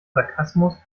sarkasmus